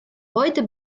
heute